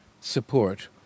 support